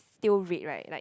still red right like